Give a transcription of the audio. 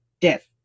death